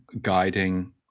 guiding